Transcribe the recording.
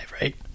right